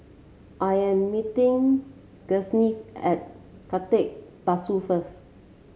I am meeting Gustav at Khatib Bongsu first